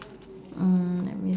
mm let me